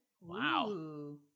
Wow